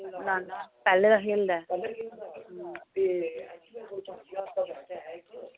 ना ना पैह्ले दा खेलदा ऐ